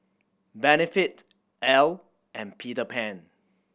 Benefit Elle and Peter Pan